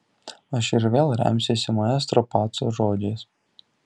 aš ir vėl remsiuosi maestro paco žodžiais